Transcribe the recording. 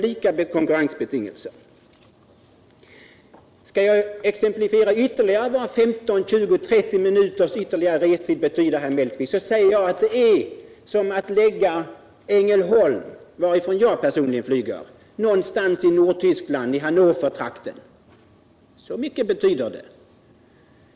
Skall jag exemplifiera ytterligare vad 15, 20, 30 minuters ytterligare restid betyder, herr Mellqvist, så kan jag säga att det är som att lägga Ängelholm, någonstans i Hannovertrakten i Nordtyskland. Så mycket betyder det.